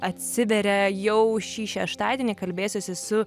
atsiveria jau šį šeštadienį kalbėsiuosi su